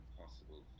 Impossible